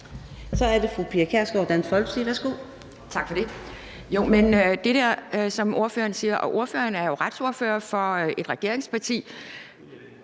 Så er det fru Pia Kjærsgaard, Dansk Folkeparti.